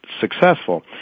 successful